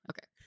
Okay